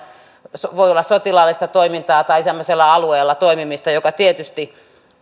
tässä voi olla sotilaallista toimintaa tai semmoisella alueella toimimista mikä tietysti